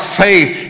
faith